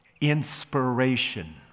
inspiration